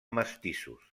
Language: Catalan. mestissos